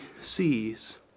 sees